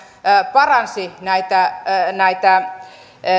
paransi näitä näitä